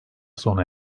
sona